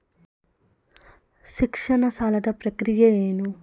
ಶಿಕ್ಷಣ ಸಾಲದ ಪ್ರಕ್ರಿಯೆ ಏನು?